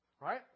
Right